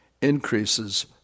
increases